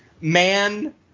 man